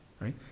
Right